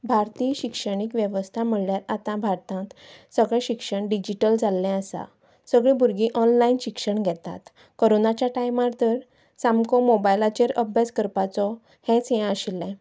भारतीय शिक्षणीक वेवस्ता म्हणल्यार आतां भारतांत सगलें शिक्षण डिजीटल जाल्लें आसा सगलीं भुरगीं ऑनलायन शिक्षण घेतात कोरोनाच्या टायमार तर सामको मोबायलाचेर अभ्यास करपाचो हेंच हें आशिल्लें